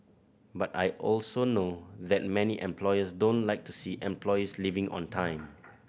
but I also know that many employers don't like to see employees leaving on time